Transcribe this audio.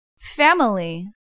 Family